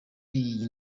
iyi